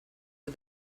for